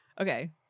Okay